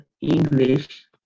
English